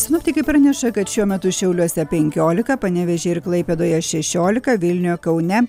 sinoptikai praneša kad šiuo metu šiauliuose penkiolika panevėžy ir klaipėdoje šešiolika vilniuje kaune